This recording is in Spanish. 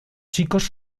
chicos